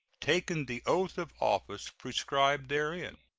taken the oath of office prescribed therein.